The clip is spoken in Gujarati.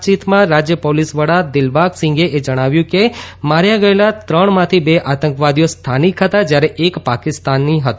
આકાશવાણી સાથેની વાતચીતમાં રાજ્ય પોલીસ વડા દીલબાઘસિંઘે એ જણાવ્યું કે માર્યા ગયેલા ત્રણમાંથી બે આતંકવાદીઓ સ્થાનિક હતા જ્યારે એક પાકિસ્તાનની હતો